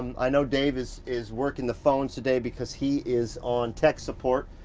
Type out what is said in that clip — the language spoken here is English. i know dave is is working the phones today because he is on text support.